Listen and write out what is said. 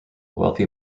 wealthy